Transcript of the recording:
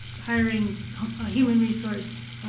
hiring a human resource,